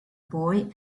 boy